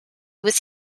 was